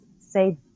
say